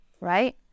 right